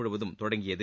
முழுவதும் தொடங்கியது